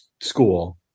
school